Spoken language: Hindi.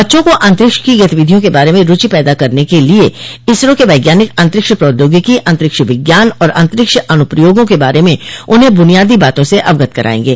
बच्चों को अंतरिक्ष की गतिविधियों के बारे में रुचि पैदा करने के लिए इसरो के वैज्ञानिक अंतरिक्ष प्रौद्योगिकी अंतरिक्ष विज्ञान और अंतरिक्ष अनुप्रयोगों के बारे में उन्हें बुनियादी बातों से अवगत करायेंगे